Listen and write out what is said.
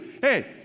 Hey